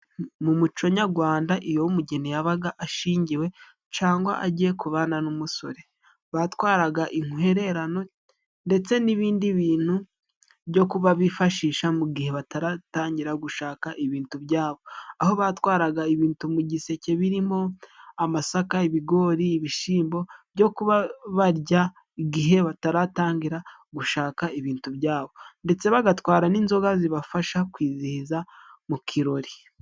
Mu muco nyarwanda iyo umugeni yabaga ashingiwe cangwa agiye kubana n'umusore, batwaraga intwererano ndetse n'ibindi bintu byo kuba bifashisha mu gihe bataratangira gushaka ibintu byabo , aho batwaraga ibintu mu giseke birimo amasaka, ibigori ibishimbo byo kuba barya igihe bataratangira gushaka ibintu byabo ndetse bagatwara n'inzoga zibafasha kwizihiza mu kirori.